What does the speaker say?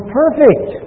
perfect